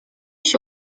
się